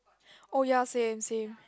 oh ya same same